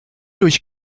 durch